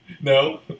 No